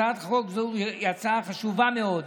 הצעת חוק זו היא הצעה חשובה מאוד,